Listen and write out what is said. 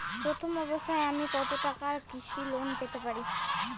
প্রথম অবস্থায় আমি কত টাকা কৃষি লোন পেতে পারি?